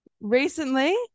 Recently